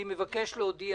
אני מבקש להודיע,